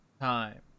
time